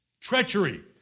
treachery